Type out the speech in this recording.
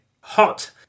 hot